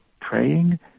praying